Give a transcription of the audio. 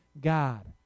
God